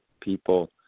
people